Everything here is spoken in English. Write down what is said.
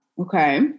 Okay